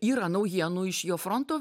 yra naujienų iš jo fronto